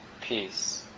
peace